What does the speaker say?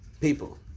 People